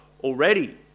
already